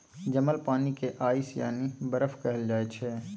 जमल पानि केँ आइस यानी बरफ कहल जाइ छै